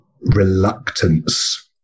reluctance